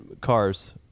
cars